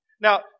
Now